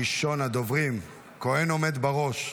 ראשון הדוברים, כהן עומד בראש.